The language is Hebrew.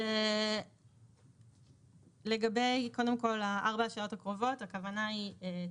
אז קודם כל לגבי ארבע השעות הקרובות, הכוונה היא,